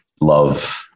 love